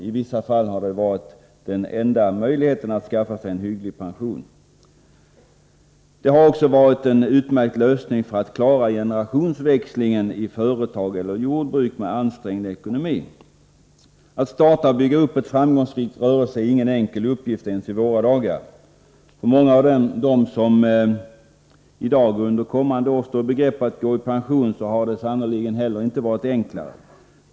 I vissa fall har den varit den enda möjligheten att skaffa sig en hygglig pension. Den har också inneburit en utmärkt lösning för att klara generationsväxlingen i företag eller jordbruk med ansträngd ekonomi. Att starta och bygga upp en framgångsrik rörelse är ingen enkel uppgift ens i våra dagar. För många av dem som i dag eller under kommande år står i begrepp att gå i pension har det sannerligen inte heller varit så enkelt.